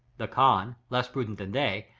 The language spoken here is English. the khan, less prudent than they,